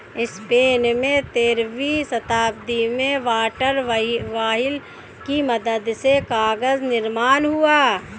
Spain में तेरहवीं शताब्दी में वाटर व्हील की मदद से कागज निर्माण हुआ